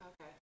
Okay